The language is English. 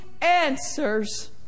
answers